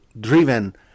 driven